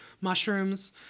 mushrooms